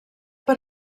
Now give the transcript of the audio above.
per